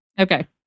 Okay